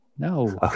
No